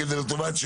כי לטובת,